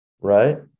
Right